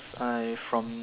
I from